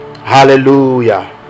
hallelujah